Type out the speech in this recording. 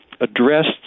Addressed